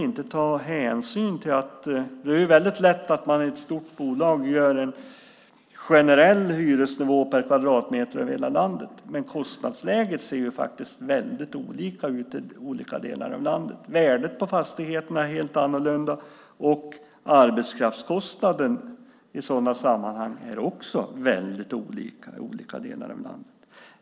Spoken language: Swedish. Det är väldigt lätt att i ett stort bolag göra en generell hyresnivå per kvadratmeter över hela landet, men kostnadsläget ser ju väldigt olika ut i olika delar av landet. Värdet på fastigheterna är helt olika, och arbetskraftskostnaden i sådana sammanhang är också väldigt olika i olika delar av landet.